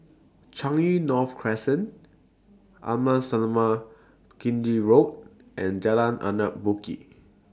Changi North Crescent Amasalam Chetty Road and Jalan Anak Bukit